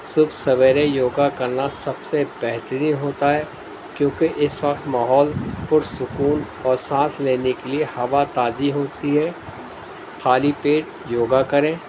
صبح سویرے یوگا کرنا سب سے بہترین ہوتا ہے کیونکہ اس وقت ماحول پرسکون اور سانس لینے کے لیے ہوا تازی ہوتی ہے خالی پیٹ یوگا کریں